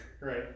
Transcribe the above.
right